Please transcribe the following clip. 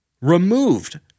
removed